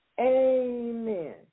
Amen